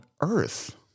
earth